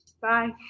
Bye